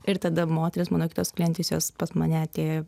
ir tada moterys mano kitos klientės jos pas mane atėjo